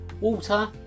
Water